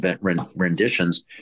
renditions